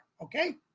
Okay